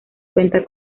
cuenta